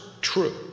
true